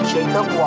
Jacob